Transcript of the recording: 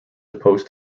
opposed